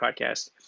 Podcast